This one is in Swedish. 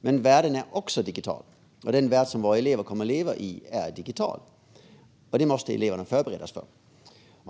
Men världen är också digital, och den värld som våra elever kommer att leva i är digital, vilket eleverna måste förberedas för.